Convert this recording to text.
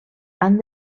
han